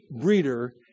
breeder